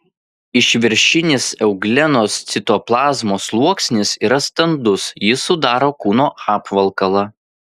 išviršinis euglenos citoplazmos sluoksnis yra standus jis sudaro kūno apvalkalą